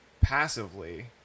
passively